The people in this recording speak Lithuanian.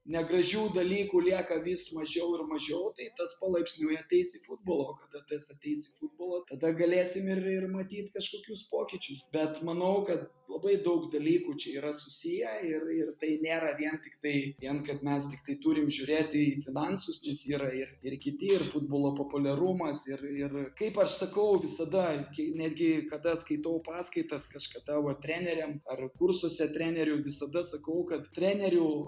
negražių dalykų lieka vis mažiau ir mažiau tai tas palaipsniui ateis į futbolo kada tas ateis į futbolą tada galėsim ir ir matyt kažkokius pokyčius bet manau kad labai daug dalykų čia yra susiję ir ir tai nėra vien tiktai vien kad mes tiktai turim žiūrėt į finansus nes yra ir ir kiti ir futbolo populiarumas ir ir kaip aš sakau visada kai netgi kada skaitau paskaitas kažkada va treneriam ar kursuose trenerių visada sakau kad trenerių